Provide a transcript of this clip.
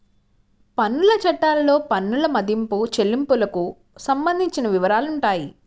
పన్నుల చట్టాల్లో పన్నుల మదింపు, చెల్లింపులకు సంబంధించిన వివరాలుంటాయి